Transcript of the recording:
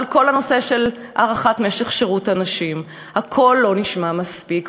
בכל הנושא של הארכת משך שירות הנשים הקול לא נשמע מספיק,